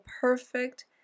perfect